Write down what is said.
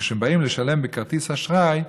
וכשהם באים לשלם בכרטיס אשראי,